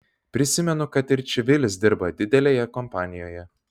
prisimenu kad ir čivilis dirba didelėje kompanijoje